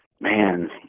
man